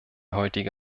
heutige